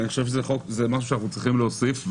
זה משהו שאנחנו צריכים להוסיף.